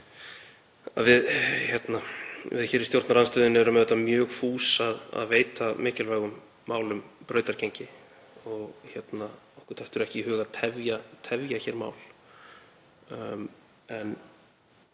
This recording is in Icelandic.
Við í stjórnarandstöðunni erum mjög fús að veita mikilvægum málum brautargengi og okkur dettur ekki í hug að tefja mál.